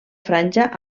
franja